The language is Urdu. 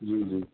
جی جی